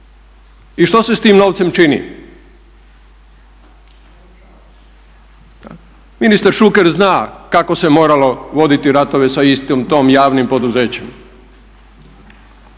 i što se sa tim novcem čini. Ministar Šuker zna kako se moralo voditi ratove sa istim tim javnim poduzećima